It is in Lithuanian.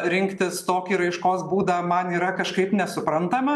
rinktis tokį raiškos būdą man yra kažkaip nesuprantama